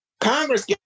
Congress